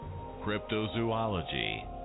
Cryptozoology